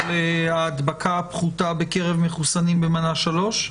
ההדבקה הפחותה בקרב מחוסנים במנה השלישית,